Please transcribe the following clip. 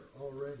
already